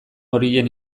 horien